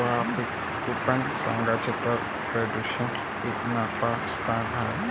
व्यापकपणे सांगायचे तर, फाउंडेशन ही नानफा संस्था आहे